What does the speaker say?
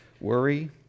worry